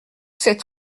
cette